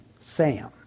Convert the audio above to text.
Sam